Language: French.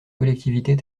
collectivités